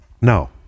No